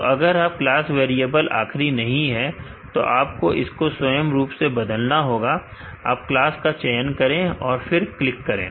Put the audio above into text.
तो अगर आपका क्लास वेरिएबल आखरी नहीं है तो आपको इसको स्वयं रूप से बदलना होगा आप क्लास का चयन करें और पर क्लिक करें